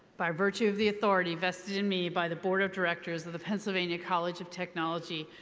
by virtue of the authority vested in me by the board of directors of the pennsylvania college of technology,